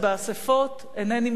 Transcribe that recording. אינני מתלהב ממנה".